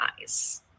eyes